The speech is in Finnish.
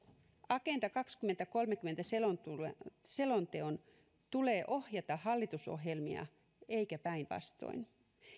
agenda kaksituhattakolmekymmentä selonteon selonteon tulee ohjata hallitusohjelmia eikä päinvastoin